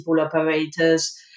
operators